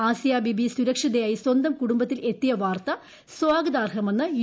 ആസിയാബീബി സുരക്ഷിതയായി സ്വന്തം കൂടുംബത്തിൽ എത്തിയ വാർത്ത സ്വാഗതാർഹമെന്ന് യു